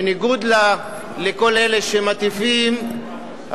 בניגוד לכל אלה שמטיפים,